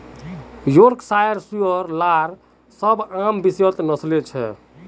Yorkshire सूअर लार सबसे आम विषय नस्लें छ